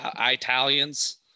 Italians